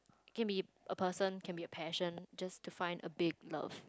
can be a person can be a passion just to find a big love